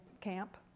Camp